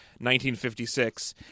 1956